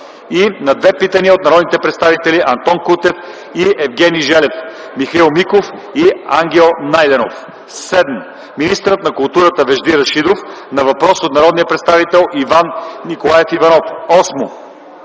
и на две питания от народните представители Антон Кутев и Евгений Желев, Михаил Миков и Ангел Найденов. 7. Министърът на културата Вежди Рашидов на въпрос от народния представител Иван Николаев Иванов. 8.